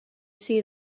see